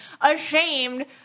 ashamed